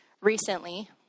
recently